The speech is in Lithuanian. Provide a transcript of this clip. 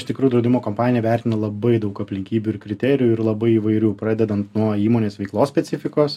iš tikrųjų draudimo kompanija vertina labai daug aplinkybių ir kriterijų ir labai įvairių pradedant nuo įmonės veiklos specifikos